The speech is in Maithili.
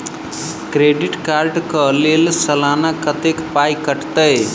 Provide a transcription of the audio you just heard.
क्रेडिट कार्ड कऽ लेल सलाना कत्तेक पाई कटतै?